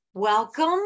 Welcome